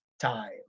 time